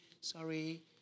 sorry